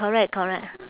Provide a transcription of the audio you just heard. correct correct